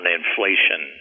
inflation